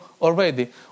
already